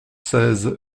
seize